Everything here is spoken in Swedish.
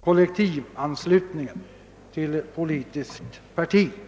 kollektivanslutning till politiskt parti.